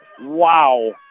Wow